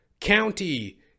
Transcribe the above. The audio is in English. County